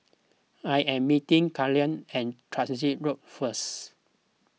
I am meeting Carleigh at Transit Road first